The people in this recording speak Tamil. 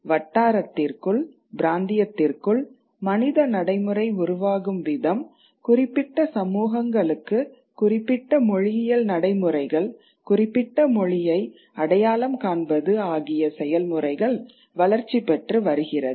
வட்டாரத்திற்குள் பிராந்தியத்திற்குள் மனித நடைமுறை உருவாகும் விதம் குறிப்பிட்ட சமூகங்களுக்கு குறிப்பிட்ட மொழியியல் நடைமுறைகள் குறிப்பிட்ட மொழியை அடையாளம் காண்பது ஆகிய செயல்முறைகள் வளர்ச்சி பெற்று வருகிறது